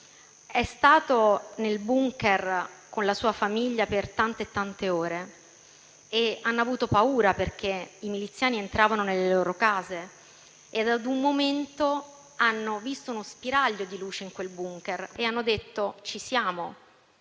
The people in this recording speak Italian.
È stato nel *bunker* con la sua famiglia per tante e tante ore e hanno avuto paura, perché i miliziani entravano nelle loro case. A un certo momento hanno visto uno spiraglio di luce in quel *bunker* e hanno detto "ci siamo,